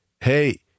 hey